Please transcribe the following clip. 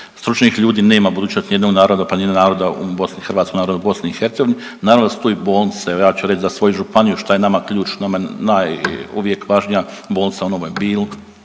stručnih ljudi nema budućnosti ni jednog naroda pa ni naroda u Bosni, hrvatskog naroda u BiH. Naravno da su to i bolnice evo ja ću reći za svoju županiju šta je nama ključ, nama najvažnija uvijek bolnica u Novoj Bili,